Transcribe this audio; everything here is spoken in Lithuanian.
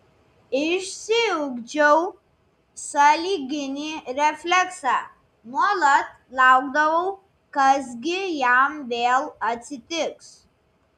išsiugdžiau sąlyginį refleksą nuolat laukdavau kas gi jam vėl atsitiks